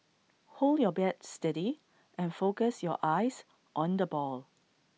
hold your bat steady and focus your eyes on the ball